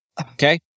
okay